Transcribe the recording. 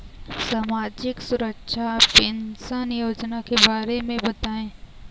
सामाजिक सुरक्षा पेंशन योजना के बारे में बताएँ?